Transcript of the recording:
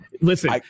Listen